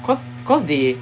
cause cause they